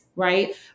right